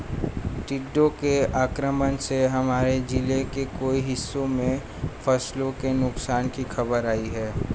टिड्डों के आक्रमण से हमारे जिले के कई हिस्सों में फसलों के नुकसान की खबर आई है